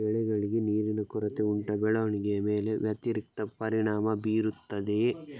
ಬೆಳೆಗಳಿಗೆ ನೀರಿನ ಕೊರತೆ ಉಂಟಾ ಬೆಳವಣಿಗೆಯ ಮೇಲೆ ವ್ಯತಿರಿಕ್ತ ಪರಿಣಾಮಬೀರುತ್ತದೆಯೇ?